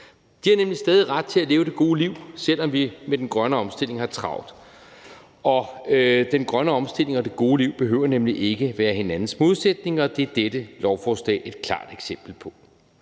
De har nemlig stadig ret til at leve det gode liv, selv om vi med den grønne omstilling har travlt, og den grønne omstilling og det gode liv behøver nemlig ikke at være hinandens modsætninger. Det er dette lovforslag et klart eksempel på.